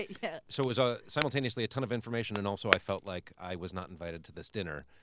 yeah. so it was ah simultaneously a ton of information, and also, i felt like i was not invited to this dinner.